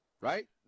right